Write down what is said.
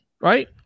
Right